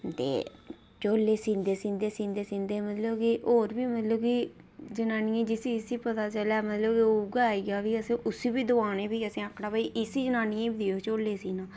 ते झोले सींदे सींदे सींदे मतलब होर बी मतलब कि जनानियें ई जिसी जिसी पता चलेआ मतलब कि ओह् उऐ आई जा ते असें भी उसी बी दोआने आखना प्ही इसी जनानियै गी बी देओ झोले बनाना